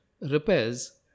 repairs